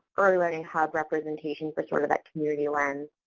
early learning hub representation for sort of that community lens,